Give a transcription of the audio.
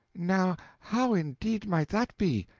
now how indeed might that be?